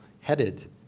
headed